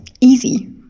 easy